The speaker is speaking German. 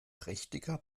prächtiger